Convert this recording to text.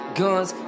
guns